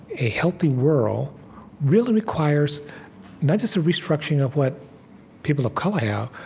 a healthy world really requires not just a restructuring of what people of color yeah